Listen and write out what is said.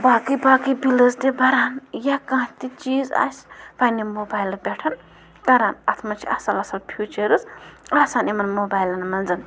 باقٕے باقٕے بِلٕز تہِ بَران یا کانٛہہ تہِ چیٖز آسہِ پنٛنہِ موبایلہٕ پٮ۪ٹھ کَران اَتھ منٛز چھِ اَصٕل اَصٕل فیوٗچٲرٕس آسان یِمَن موبایلَن منٛز